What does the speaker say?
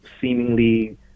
seemingly